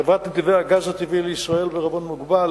חברת "נתיבי הגז הטבעי לישראל בע"מ",